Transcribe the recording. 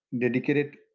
dedicated